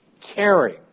caring